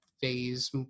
phase